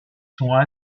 sont